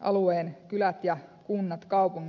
alueen kylät kunnat ja kaupungit tulkitaan syrjäisiksi